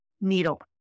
needle